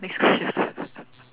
next question